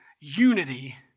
Unity